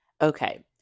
okay